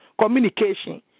communication